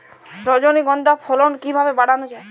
রজনীগন্ধা ফলন কিভাবে বাড়ানো যায়?